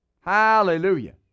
Hallelujah